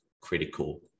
critical